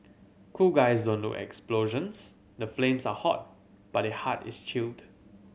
cool guys don't look explosions the flames are hot but their heart is chilled